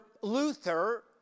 Luther